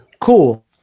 Cool